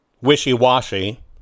wishy-washy